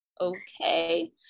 okay